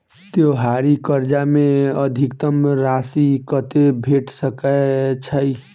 त्योहारी कर्जा मे अधिकतम राशि कत्ते भेट सकय छई?